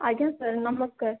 ଆଜ୍ଞା ସାର୍ ନମସ୍କାର